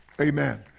Amen